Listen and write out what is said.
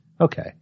Okay